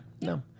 no